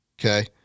okay